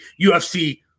UFC